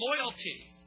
loyalty